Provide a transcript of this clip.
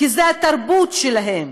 כי זו התרבות שלהם,